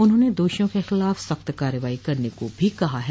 उन्होंने दोषियों के खिलाफ सख्त कार्रवाई करने को भी कहा है